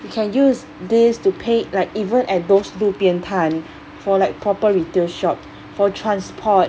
you can use this to pay like even at those 路边摊 for like proper retail shop for transport